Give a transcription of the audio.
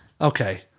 Okay